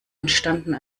entstanden